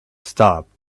stopped